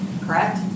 correct